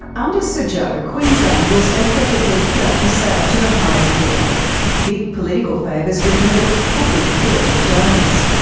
under sir joh, queensland was effectively put up for sale to the highest bidder big political favours were delivered for big political donors.